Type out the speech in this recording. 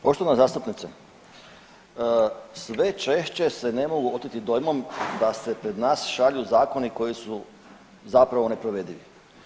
Poštovana zastupnice, sve češće se ne mogu oteti dojmom da se pred nas šalju zakoni koji su zapravo neprovedivi.